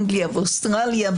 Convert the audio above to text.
אנגליה ואוסטרליה.